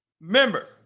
Remember